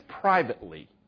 Privately